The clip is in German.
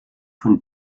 von